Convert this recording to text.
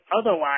otherwise